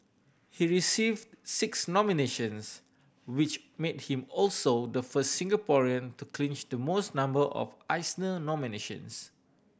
he receive six nominations which made him also the first Singaporean to clinch the most number of Eisner nominations